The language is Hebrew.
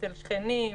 אצל שכנים,